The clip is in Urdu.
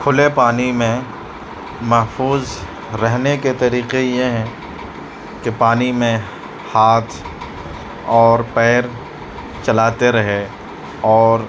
کھلے پانی میں محفوظ رہنے کے طریقے یہ ہیں کہ پانی میں ہاتھ اور پیر چلاتے رہے اور